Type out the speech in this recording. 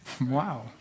Wow